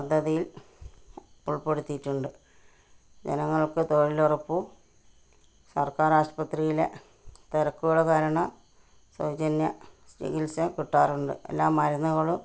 പദ്ധതിയിൽ ഉൾപ്പെടുത്തിയിട്ടുണ്ട് ജനങ്ങൾക്ക് തൊഴിലുറപ്പും സർക്കാർ ആശുപത്രിയിലെ തിരക്കുകൾ കാരണം സൗജന്യ ചികിത്സ കിട്ടാറുണ്ട് എല്ലാ മരുന്നുകളും